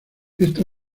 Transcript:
esta